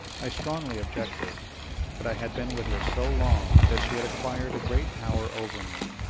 i strongly objected but i had been with her so long, that she had acquired great power over me.